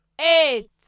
eight